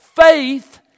Faith